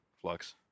Flux